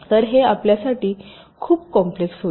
तर हे आपल्यासाठी खूप कॉम्प्लेक्स होईल